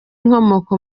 inkomoko